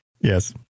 Yes